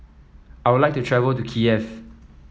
I would like to travel to Kiev